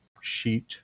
sheet